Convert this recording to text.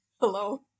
Hello